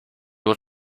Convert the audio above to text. will